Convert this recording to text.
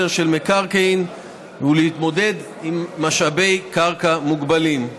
של מקרקעין ולהתמודד עם משאבי קרקע מוגבלים.